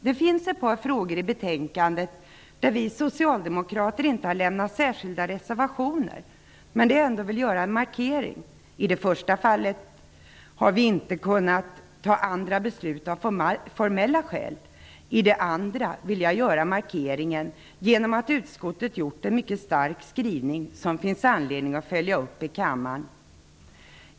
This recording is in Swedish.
Det finns ett par frågor i betänkandet där vi socialdemokrater inte har lämnat särskilda reservationer, men där jag ändå vill göra en markering. I det första fallet har vi av formella skäl inte kunnat besluta annorlunda. I det andra fallet vill jag göra markeringen genom att peka på att utskottet gjort en mycket stark skrivning som det finns anledning att följa upp i kammaren.